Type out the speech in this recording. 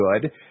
good